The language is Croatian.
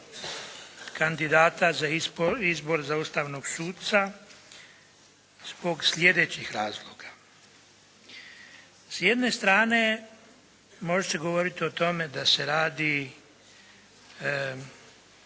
kandidata za izbor za Ustavnog suca zbog sljedećih razloga. S jedne strane možda ću govoriti o tome da se radi